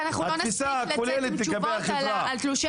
התפיסה הכוללת לגבי החברה.